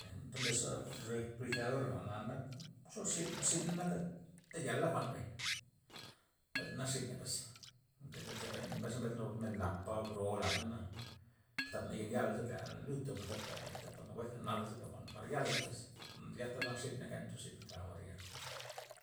Enta' mbesxa refrigeradora' jwa'na nak cho rxin xin naka ntayala jwa'n bay', jwa're nak rxiney pues, nde depen mbesna xe mbesna loo' men lapa bro lapmena ptata men yala iz lud tobley tata benta par nawuega nalza par jwa'n yala pues nryata nak rxiney ngeta cho zun ka jwa'rea.